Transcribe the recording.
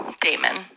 Damon